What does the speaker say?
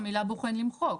את המילה "בוחן" למחוק.